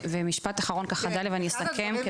משפט אחרון ככה, דליה, ואני אסכם.